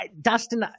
Dustin